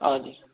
हजुर